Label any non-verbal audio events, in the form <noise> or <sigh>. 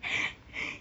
<laughs>